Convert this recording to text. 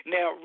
Now